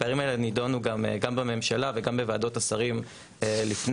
הפערים האלה נידונו גם בממשלה וגם בוועדות השרים לפני,